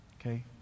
Okay